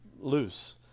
loose